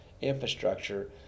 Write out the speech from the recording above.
infrastructure